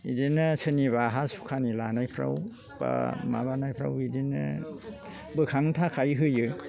बिदिनो सोरनिबा हा सुखानि लानायफ्राव बा माबानायफ्राव बिदिनो बोखांनो थाखाय होयो